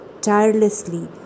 tirelessly